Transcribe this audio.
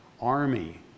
army